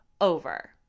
over